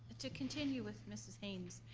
to continue with mrs. haynes.